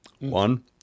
One